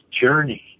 journey